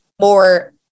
more